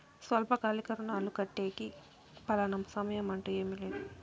స్వల్పకాలిక రుణాలు కట్టేకి ఫలానా సమయం అంటూ ఏమీ లేదు